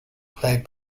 played